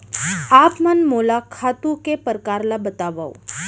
आप मन मोला खातू के प्रकार ल बतावव?